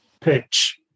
pitch